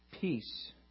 peace